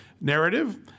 narrative